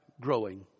growing